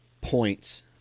points